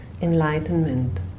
enlightenment